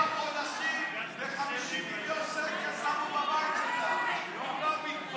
אבל לשיפוץ של הבית שלך ברעננה יש הרבה.